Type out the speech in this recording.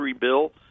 bill